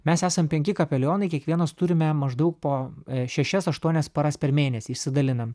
mes esam penki kapelionai kiekvienas turime maždaug po šešias aštuonias paras per mėnesį išsidalinam